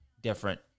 different